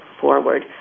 forward